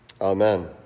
Amen